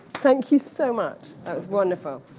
thank you so much. that was wonderful.